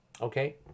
Okay